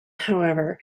however